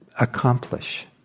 accomplish